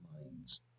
minds